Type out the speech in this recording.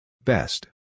Best